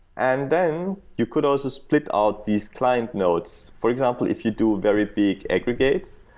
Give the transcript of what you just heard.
and then, you could also split out these client nodes. for example, if you do a very big aggregates,